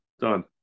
done